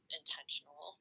intentional